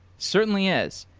certainly is.